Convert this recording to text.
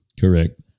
Correct